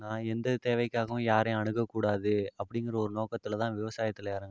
நான் எந்த தேவைக்காகவும் யாரையும் அணுகக்கூடாது அப்படிங்கிற ஒரு நோக்கத்தில் தான் விவசாயத்தில் இறங்குனேன்